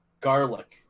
Garlic